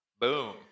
Boom